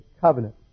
Covenant